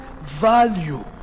value